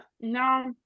No